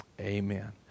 Amen